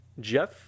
Jeff